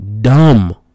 dumb